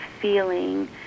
feeling